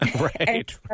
Right